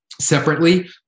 separately